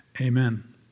Amen